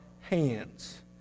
hands